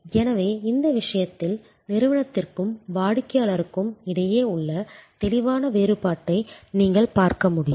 எனவே இந்த விஷயத்தில் நிறுவனத்திற்கும் வாடிக்கையாளருக்கும் இடையே உள்ள தெளிவான வேறுபாட்டை நீங்கள் பார்க்க முடியும்